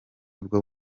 bwo